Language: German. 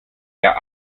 der